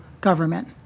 government